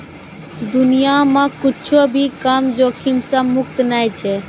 दुनिया मे कुच्छो भी काम जोखिम से मुक्त नै छै